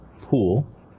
pool